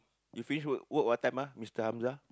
you finish work work what time ah Mister Hamzal